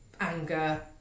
anger